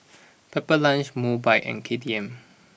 Pepper Lunch Mobike and K T M